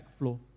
backflow